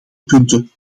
punten